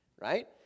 right